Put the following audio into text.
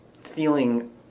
feeling